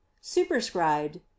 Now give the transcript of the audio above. superscribed